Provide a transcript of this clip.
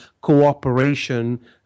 cooperation